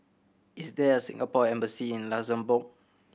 is there a Singapore Embassy in Luxembourg